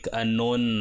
unknown